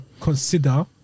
consider